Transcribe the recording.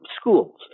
schools